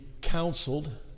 counseled